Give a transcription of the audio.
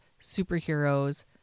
superheroes